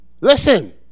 Listen